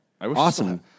Awesome